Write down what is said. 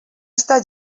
està